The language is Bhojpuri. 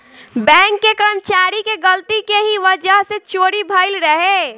बैंक के कर्मचारी के गलती के ही वजह से चोरी भईल रहे